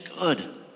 good